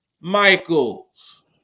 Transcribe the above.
Michaels